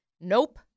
nope